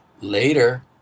Later